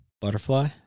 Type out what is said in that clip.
Butterfly